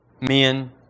men